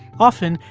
often,